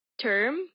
term